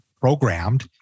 programmed